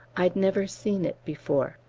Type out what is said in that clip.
i'd never seen it before.